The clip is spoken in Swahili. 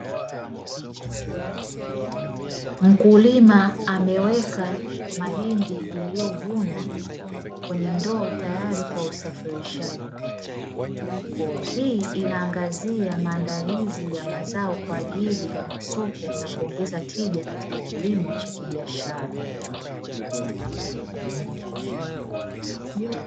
Mkulima ameweka mahindi yaliyovunwa kwenye ndoo tayari kwa usafirishaji. Hii inaangazia maandalizi ya mazao kwa ajili ya masoko na kuongeza tija katika kilimo cha kibiashara.